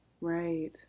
Right